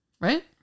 Right